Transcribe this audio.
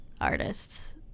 Artists